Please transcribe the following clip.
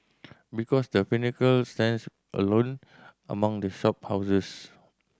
because The Pinnacle stands alone among the shop houses